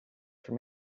for